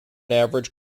average